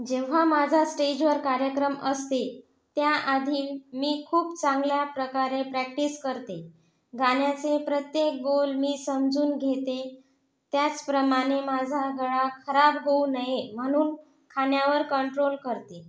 जेव्हा माझा स्टेजवर कार्यक्रम असते त्या आधी मी खूप चांगल्या प्रकारे प्रॅक्टिस करते गाण्याचे प्रत्येक बोल मी समजून घेते त्याचप्रमाणे माझा गळा खराब होऊ नये म्हणून खाण्यावर कंट्रोल करते